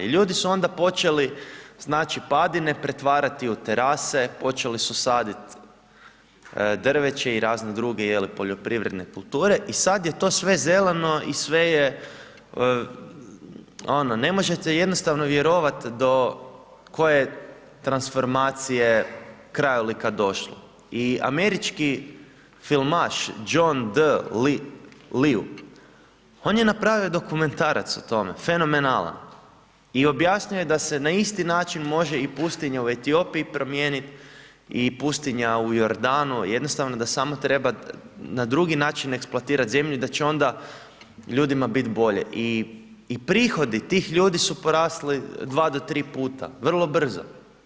Ljudi su onda počeli padine pretvarati u terase, počeli su saditi drveće i razne druge poljoprivredne kulture i sad je to sve zeleno i sve je ono, ne možete jednostavno vjerovat do koje transformacije krajolika je došlo i američki filmaš John ... on je napravio dokumentarac o tome fenomenalan i objasnio je da se na isti način može i pustinje u Etiopiji promijeniti i pustinja u Jordanu, jednostavno da samo treba na drugi način eksploatirat zemlju i da će onda ljudima bit bolje i prihodi tih ljudi su porasli dva do tri puta vrlo brzo.